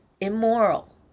immoral